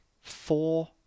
four